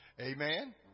Amen